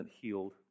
healed